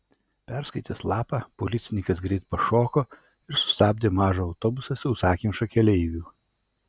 perskaitęs lapą policininkas greit pašoko ir sustabdė mažą autobusą sausakimšą keleivių